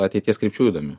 ateities krypčių įdomių